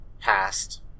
past